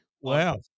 Wow